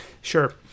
Sure